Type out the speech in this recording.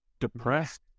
depressed